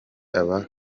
aba